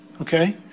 Okay